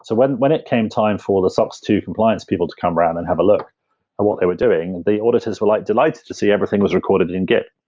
so when when it came time for the talks to compliance people to come round and have a look at what they were doing, the auditors were like delighted to see everything was recorded in git,